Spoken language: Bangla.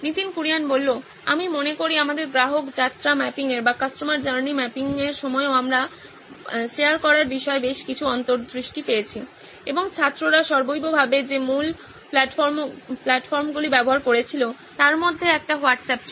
নীতিন কুরিয়ান আমি মনে করি আমাদের গ্রাহক যাত্রা ম্যাপিংয়ের সময়ও আমরা ভাগ করার বিষয়ে বেশ কিছু অন্তর্দৃষ্টি পেয়েছি এবং ছাত্ররা সর্বৈব ভাবে যে মূল প্ল্যাটফর্মগুলি ব্যবহার করছিল তার মধ্যে একটি হোয়াটসঅ্যাপ ছিল